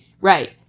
Right